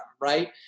Right